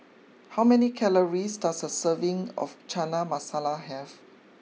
how many calories does a serving of Chana Masala have